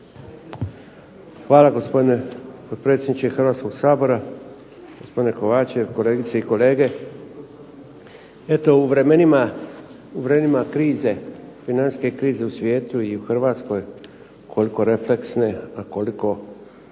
Hvala gospodine potpredsjedniče Hrvatskog sabora. Gospodine Kovačev, kolegice i kolege. Eto u vremenima krize financijske krize u svijetu i u Hrvatskoj koliko refleksna, a koliko